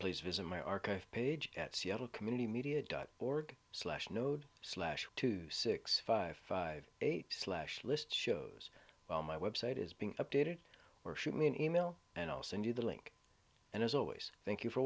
please visit my archive page at seattle community media dot org slash node slash two six five five eight slash list shows well my website is being updated or shoot me an email and i'll send you the link and as always thank you for